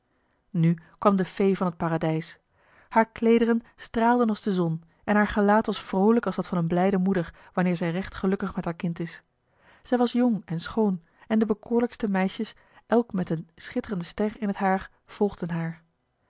nu kwam de fee van het paradijs haar kleederen straalden als de zon en haar gelaat was vroolijk als dat van een blijde moeder wanneer zij recht gelukkig met haar kind is zij was jong en schoon en de bekoorlijkste meisjes elk met een schitterende ster in het haar volgden haar